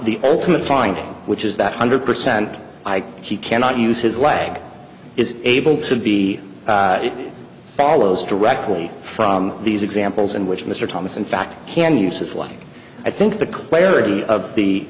the ultimate finding which is that hundred percent he cannot use his lag is able to be it follows directly from these examples in which mr thomas in fact can use a slang i think the clarity of the